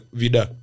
vida